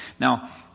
Now